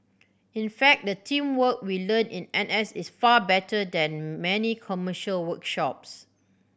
in fact the teamwork we learn in N S is far better than many commercial workshops